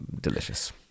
delicious